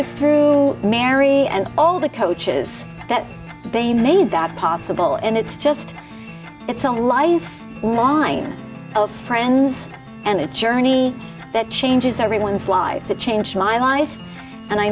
was through mary and all the coaches that they made that possible and it's just it's a life long line of friends and a journey that changes everyone's lives it changed my life and i